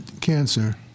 cancer